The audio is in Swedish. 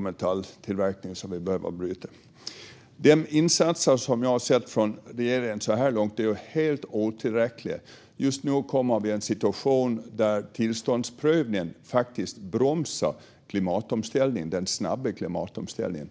metaller som vi behöver bryta för batteritillverkning. De insatser jag har sett från regeringen så här långt är helt otillräckliga. Vi kommer nu i en situation där tillståndsprövningen faktiskt bromsar den snabba klimatomställningen.